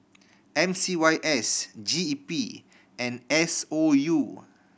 M C Y S G E P and S O U